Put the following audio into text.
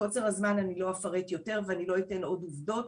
מקוצר הזמן אני לא אפרט יותר ואני לא אתן עוד עובדות.